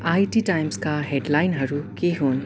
IT टाइम्सका हेडलाइनहरू के हुन्